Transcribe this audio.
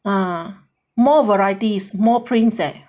ah more varieties more prints